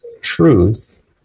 truth